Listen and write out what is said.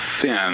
thin